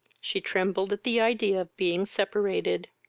she trembled at the idea of being separated.